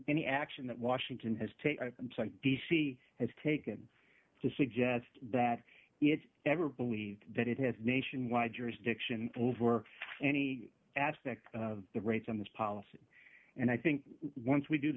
any action that washington has taken d c has taken to suggest that it's ever believed that it has nationwide jurisdiction over any aspect of the rates on this policy and i think once we do the